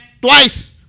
twice